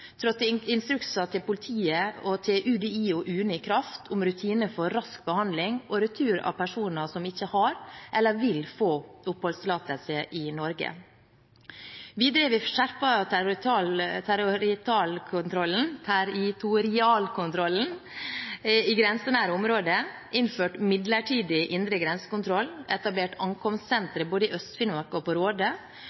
trådte instrukser til politiet, UDI og UNE i kraft om rutiner for rask behandling og retur av personer som ikke har eller vil få oppholdstillatelse i Norge. Videre har vi skjerpet territorialkontrollen i grensenære områder, innført midlertidig indre grensekontroll, etablert ankomstsenter både i Øst-Finnmark og